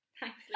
Thanks